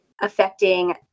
affecting